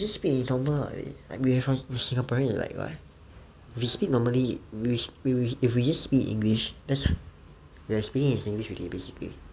speak normal lah like we are from singaporean like if we speak normally we we if we just speak english we're speaking in singlish already